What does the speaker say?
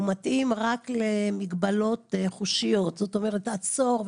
הוא מתאים רק למגבלות חושיות כלומר: עצור,